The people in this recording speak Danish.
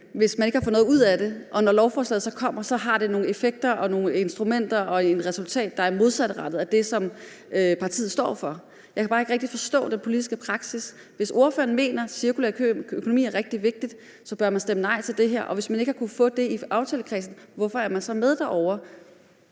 hvis man ikke har fået noget ud af det? Og når lovforslaget så kommer, har det nogle effekter og nogle instrumenter og et resultat, der går i den modsatte retning af det, som partiet står for. Jeg kan bare ikke rigtig forstå den politiske praksis. Hvis ordføreren mener, at cirkulær økonomi er rigtig vigtigt, så bør man stemme nej til det her. Og hvis man ikke har kunnet få det i aftalekredsen, hvorfor er man så med derovre?